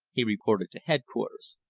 he reported to headquarters.